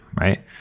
right